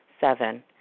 Seven